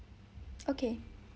okay